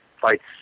fights